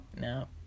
No